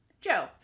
Joe